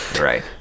right